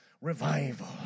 Revival